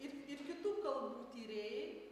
ir ir kitų kalbų tyrėjai